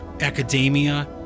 academia